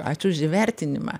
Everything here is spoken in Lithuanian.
ačiū už įvertinimą